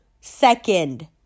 second